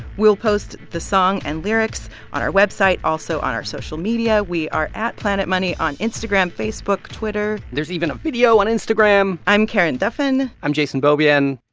we'll post the song and lyrics on our website, also on our social media. we are at planetmoney on instagram, facebook, twitter there's even a video on instagram i'm karen duffin i'm jason beaubien.